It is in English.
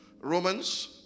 Romans